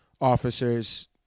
officers